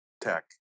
tech